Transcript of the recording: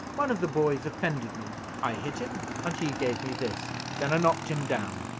one of the boys offended me i hit him, and he gave me this then i knocked him down,